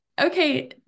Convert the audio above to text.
Okay